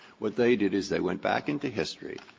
what they did is they went back into history.